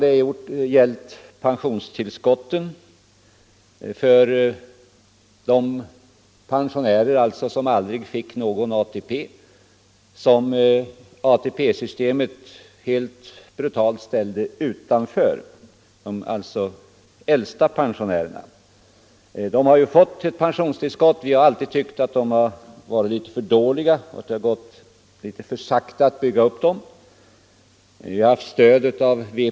a. har det gällt pensionstillskotten för de pensionärer som aldrig fick någon ATP, de som helt brutalt ställdes utanför det systemet, dvs. de äldsta pensionärerna. Deras pensionstillskott har vi alltid tyckt varit för låga, det har gått för långsamt att bygga upp dem.